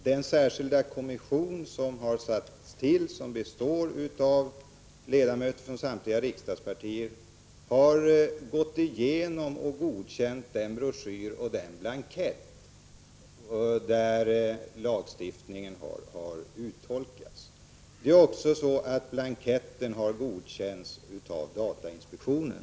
Den särskilda kommission som har tillsatts och som består av ledamöter från samtliga riksdagspartier har gått igenom och godkänt den broschyr och den blankett där lagstiftningen har uttolkats. Blanketten har också godkänts av datainspektionen.